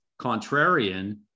contrarian